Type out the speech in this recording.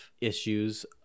issues